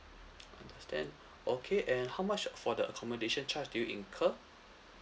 understand okay and how much for the accommodation charge did you incur